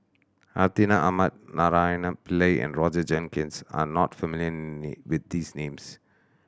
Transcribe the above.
Hartinah Ahmad Naraina Pillai and Roger Jenkins are not familiar with these names